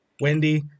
Wendy